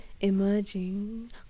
emerging